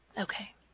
Okay